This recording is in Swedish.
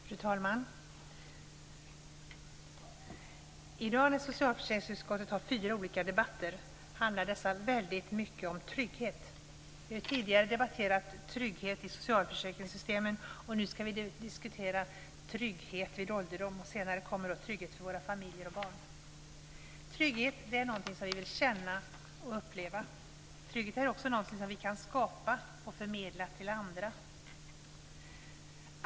Fru talman! I dag när socialförsäkringsutskottet har fyra olika debatter handlar det väldigt mycket om trygghet. Vi har tidigare debatterat tryggheten i socialförsäkringssystemen. Nu ska vi diskutera tryggheten vid ålderdom. Senare kommer vi till tryggheten för våra familjer och barn. Trygghet är något som vi vill känna och uppleva. Trygghet är också något som vi kan skapa och förmedla till andra.